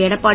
Edappadi